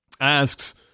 Asks